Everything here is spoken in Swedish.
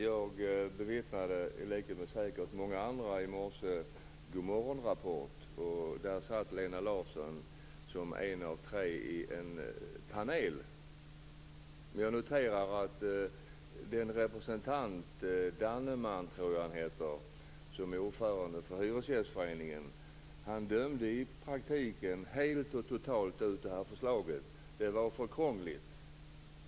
Fru talman! I likhet med många andra tittade jag på Rapport morgon i morse. Där deltog Lena Larsson som en av tre i en panel. Jan Danneman, som är ordförande för Hyresgästföreningen, dömde i praktiken helt ut detta förslag. Det var för krångligt.